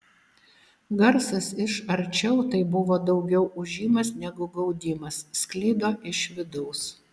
garsas iš arčiau tai buvo daugiau ūžimas negu gaudimas sklido iš vidaus